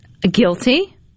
Guilty